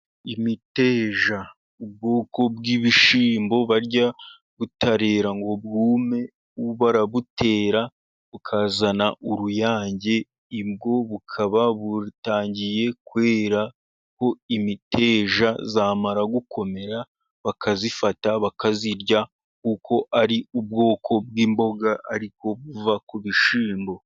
Imiteja, ubwoko bw'ibishyimbo barya butarera ngo bwume. Barabutera bukazana uruyange, ubwo bukaba butangiye kweraho imiteja. Yamara gukomera bakayifata bakayirya, kuko ari ubwoko bw'imboga ariko buva ku bishyimbo.